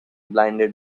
blinded